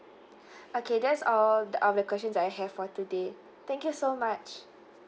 okay that's all of the questions that I have for today thank you so much